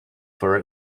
for